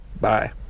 Bye